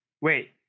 wait